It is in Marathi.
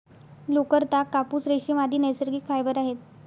लोकर, ताग, कापूस, रेशीम, आदि नैसर्गिक फायबर आहेत